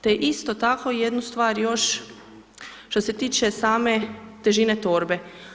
Te isto tako jednu stvar još, što se tiče same težine torbe.